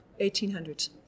1800s